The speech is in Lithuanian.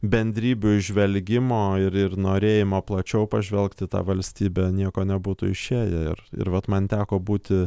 bendrybių įžvelgimo ir ir norėjimo plačiau pažvelgt į tą valstybę nieko nebūtų išėję ir ir vat man teko būti